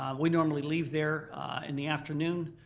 we normally leave there in the afternoon.